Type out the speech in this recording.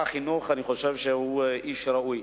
אני חושב ששר החינוך הוא איש ראוי.